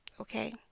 Okay